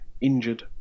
injured